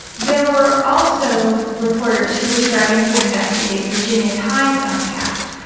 there were also reporters who were starting to investigate virginia tighe's own past.